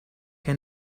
che